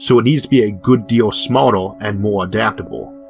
so it needs to be a good deal smarter and more adaptable.